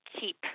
keep